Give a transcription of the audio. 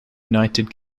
united